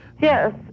Yes